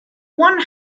one